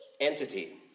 entity